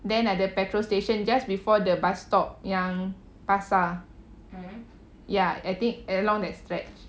then ada petrol station just before the bus stop yang pasar ya I think along that stretch